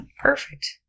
Perfect